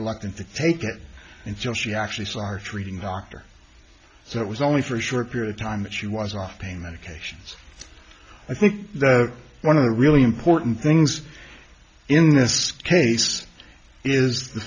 reluctant to take it and just she actually start treating doctor so it was only for a short period of time that she was off pain medications i think one of the really important things in this case is the